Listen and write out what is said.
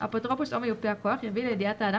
האפוטרופוס או מיופה הכוח יביא לידיעת האדם